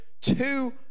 two